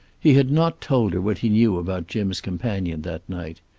he had not told her what he knew about jim's companion that night.